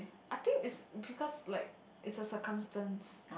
I think is because like is the circumstance